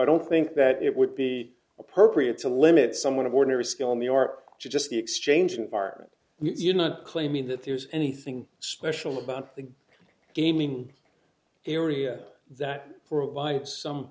i don't think that it would be appropriate to limit someone of ordinary skill in the art just the exchange environment you not claiming that there's anything special about the gaming area that for a wife some